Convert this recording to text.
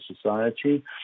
society